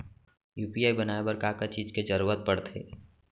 UPI बनाए बर का का चीज के जरवत पड़थे?